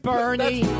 Bernie